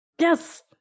yes